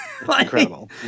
Incredible